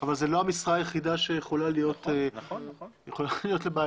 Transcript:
אבל זאת לא המשרה היחידה שיכולים להיות איתה בעיות.